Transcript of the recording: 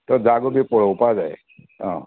तो जागो बी पळोवपा जाय आं